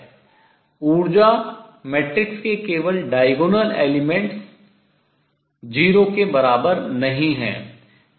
ऊर्जा मैट्रिक्स के केवल diagonal elements विकर्ण तत्व 0 के बराबर नहीं हैं